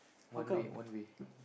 one way one way